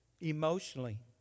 Emotionally